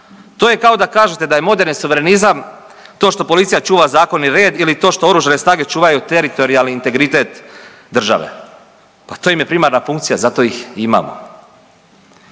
To je kao da kažete da je moderni suverenizam to što policija čuva zakon i red ili to što oružane snage čuvaju teritorijalni integritet države, pa to im je primarna funkcija zato ih i imamo.